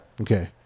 Okay